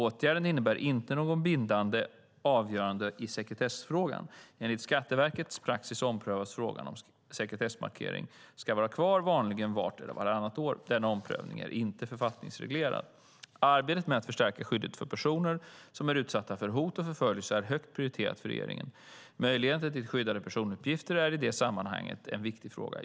Åtgärden innebär inte något bindande avgörande av sekretessfrågan. Enligt Skatteverkets praxis omprövas frågan om sekretessmarkering ska vara kvar, vanligen vart eller vartannat år. Denna omprövning är inte författningsreglerad. Arbetet med att förstärka skyddet för personer som är utsatta för hot eller förföljelse är högt prioriterat för regeringen. Möjligheten till skyddade personuppgifter är i det sammanhanget en viktig fråga.